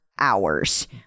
hours